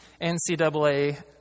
NCAA